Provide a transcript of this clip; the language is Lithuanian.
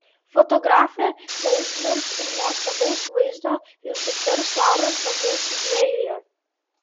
fotografė neužmirš ir nuostabaus vaizdo iš dukters lauros namų sidnėjuje